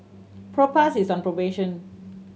Propass is on promotion